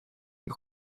your